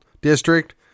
district